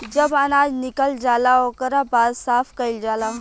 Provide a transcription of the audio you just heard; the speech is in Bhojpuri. जब अनाज निकल जाला ओकरा बाद साफ़ कईल जाला